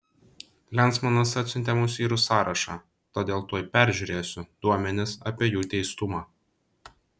lensmanas atsiuntė mums vyrų sąrašą todėl tuoj peržiūrėsiu duomenis apie jų teistumą